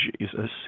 Jesus